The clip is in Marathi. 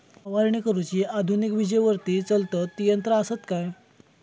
फवारणी करुची आधुनिक विजेवरती चलतत ती यंत्रा आसत काय?